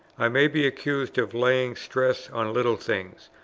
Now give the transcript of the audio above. i may be accused of laying stress on little things,